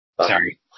Sorry